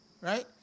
Right